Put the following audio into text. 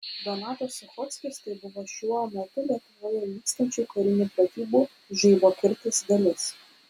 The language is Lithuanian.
donatas suchockis tai buvo šiuo metu lietuvoje vykstančių karinių pratybų žaibo kirtis dalis